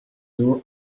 d’eau